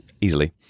easily